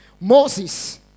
Moses